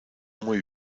muy